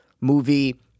movie